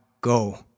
go